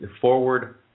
forward